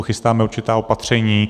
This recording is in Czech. Chystáme určitá opatření.